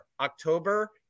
October